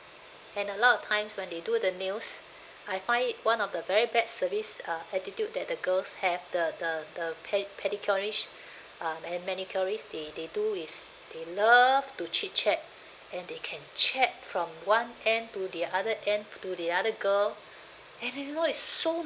and a lot of times when they do the nails I find it one of the very bad service uh attitude that the girls have the the the ped~ pedicurist uh and manicurist they they do is they love to chit chat and they can chat from one end to the other end to the other girl and then you know it's so